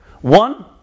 One